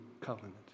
covenant